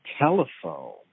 telephone